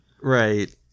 right